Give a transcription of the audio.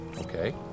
Okay